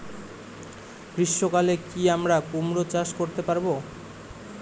গ্রীষ্ম কালে কি আমরা কুমরো চাষ করতে পারবো?